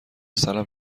سرم